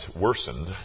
worsened